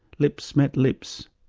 lips met lips,